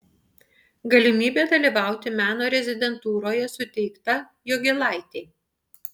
galimybė dalyvauti meno rezidentūroje suteikta jogėlaitei